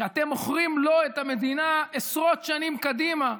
שאתם מוכרים לו את המדינה עשרות שנים קדימה,